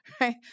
right